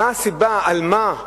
מה הסיבה, על מה,